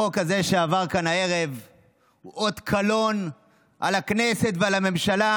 החוק הזה שעבר כאן הערב הוא אות קלון על הכנסת ועל הממשלה,